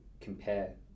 compare